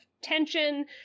tension